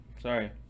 Sorry